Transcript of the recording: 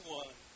one